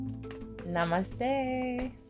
Namaste